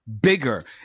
bigger